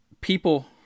people